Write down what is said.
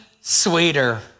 sweeter